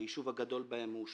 שהיישוב הגדול בהם הוא שפרעם.